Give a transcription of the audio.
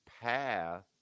path